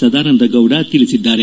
ಸದಾನಂದಗೌಡ ತಿಳಿಸಿದ್ದಾರೆ